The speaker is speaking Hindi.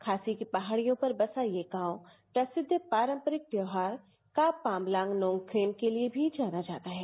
खासी की पहाड़ियाँ पर बसा यह गांव प्रसिद्ध पारंगरिक त्यौहार पोम्बांग नॉगखेम के लिए भी जाना जाता है